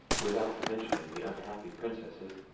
without mentioning the unhappy princesses,